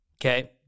Okay